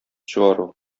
чыгару